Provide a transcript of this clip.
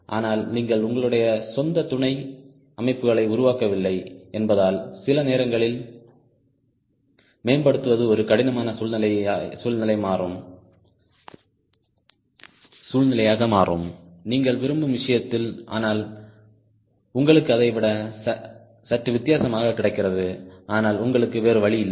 ஆனால் நீங்கள் உங்களுடைய சொந்த துணை அமைப்புகளை உருவாக்கவில்லை என்பதால் சில நேரத்தில் மேம்படுத்துவது ஒரு கடினமான சூழ்நிலையாக மாறும் நீங்கள் விரும்பும் விஷயத்தில் ஆனால் உங்களுக்கு அதை விட சற்று வித்தியாசமாக கிடைக்கிறது ஆனால் உங்களுக்கு வேறு வழியில்லை